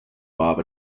mob